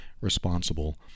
responsible